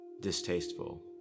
distasteful